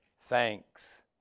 thanks